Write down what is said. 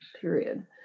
period